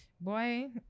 Boy